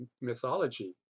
mythology